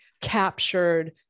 captured